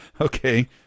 okay